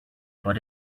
but